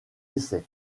essai